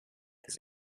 his